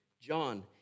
John